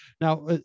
Now